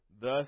thus